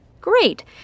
Great